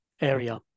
area